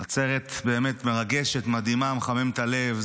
עצרת באמת מרגשת, מדהימה, מחממת את הלב.